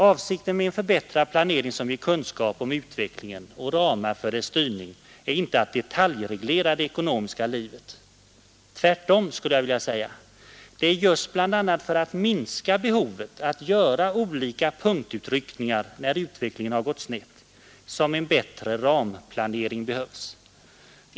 Avsikten med en förbättrad planering som ger kunskap om utvecklingen och ramar för dess styrning är inte att detaljreglera det ekonomiska livet. Tvärtom! Det är just bl.a. för att minska behovet av att göra olika punktutryckningar när utvecklingen har gått snett, som en bättre ramplanering behövs.